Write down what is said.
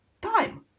time